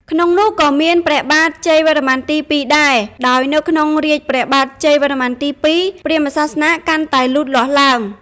ក្នុងនោះក៏មានព្រះបាទជ័យវរ្ម័នទី២ដែរ ដោយនៅក្នុងរាជ្យព្រះបាទជ័យវរ្ម័នទី២ ព្រាហ្មណ៍សាសនាកាន់តែលូតលាស់ឡើង។